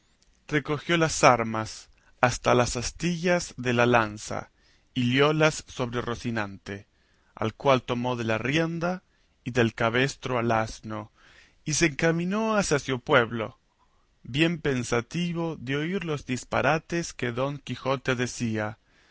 recogió las armas hasta las astillas de la lanza y liólas sobre rocinante al cual tomó de la rienda y del cabestro al asno y se encaminó hacia su pueblo bien pensativo de oír los disparates que don quijote decía